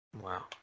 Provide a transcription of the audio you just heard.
Wow